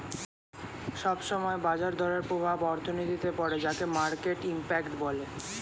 সব সময় বাজার দরের প্রভাব অর্থনীতিতে পড়ে যাকে মার্কেট ইমপ্যাক্ট বলে